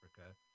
Africa